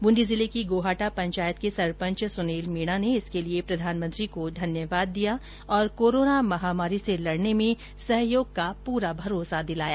बूंदी जिले की गोहाटा पंचायत के सरपंच सुनील मीणा ने इसके लिए प्रधानमंत्री को धन्यवाद दिया और कोरोना महामारी से लड़ने में सहयोग का पूरा भरोसा दिलाया